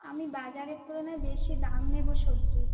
আমি বাজারের তুলনায় বেশি দাম নেবো সবজির